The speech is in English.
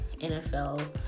NFL